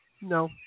No